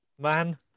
man